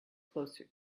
closer